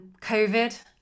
COVID